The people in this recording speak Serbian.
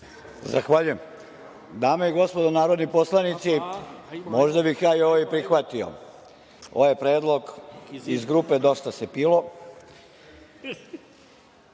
Zahvaljujem. Dame i gospodo narodni poslanici, možda bih ja ovo i prihvatio, ovaj predlog iz grupe „Dosta se pilo“,